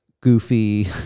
goofy